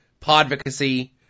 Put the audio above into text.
Podvocacy